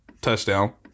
touchdown